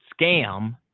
scam